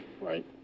Right